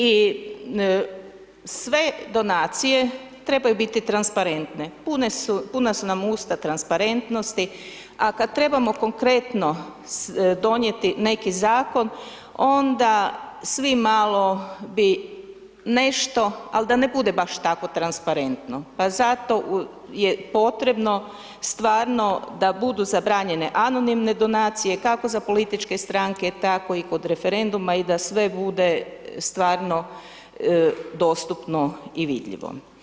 I sve donacije trebaju biti transparentne, puna su nam usta transparentnosti, a kad trebamo konkretno donijeti neki zakon onda svi malo bi nešto, ali da ne bude baš tako transparentno, pa zato je potrebno stvarno da budu zabranjene anonimne donacije, kako za političke stranke, tako i kod referenduma i da sve bude stvarno dostupno i vidljivo.